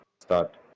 start